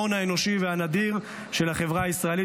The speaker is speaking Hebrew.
הם ההון האיכותי והנדיר של החברה הישראלית